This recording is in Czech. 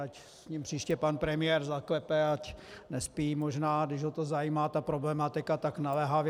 Ať s ním příště pan premiér zaklepe, ať nespí možná, když ho to zajímá, ta problematika tak naléhavě.